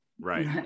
right